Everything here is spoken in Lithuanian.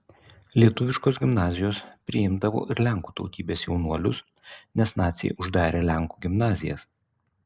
lietuviškos gimnazijos priimdavo ir lenkų tautybės jaunuolius nes naciai uždarė lenkų gimnazijas